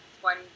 One